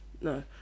no